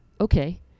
Okay